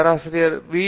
பேராசிரியர் வி